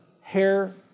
hair